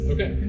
Okay